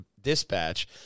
Dispatch